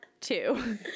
two